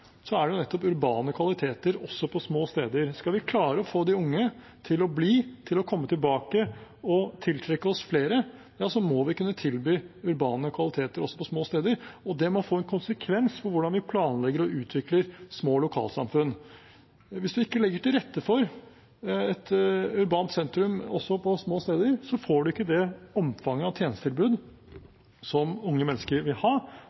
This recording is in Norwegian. er det nettopp urbane kvaliteter også på små steder. Skal vi klare å få de unge til å bli, til å komme tilbake og tiltrekke oss flere, må vi kunne tilby urbane kvaliteter også på små steder, og det må få en konsekvens for hvordan vi planlegger og utvikler små lokalsamfunn. Hvis man ikke legger til rette for et urbant sentrum også på små steder, får man ikke det omfanget av tjenestetilbud som unge mennesker vil ha,